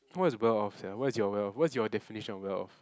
what is well off sia what is your well off what's your definition of well off